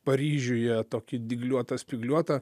paryžiuje tokį dygliuotą spygliuotą